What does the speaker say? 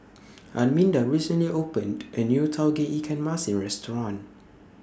Arminda recently opened A New Tauge Ikan Masin Restaurant